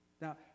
Now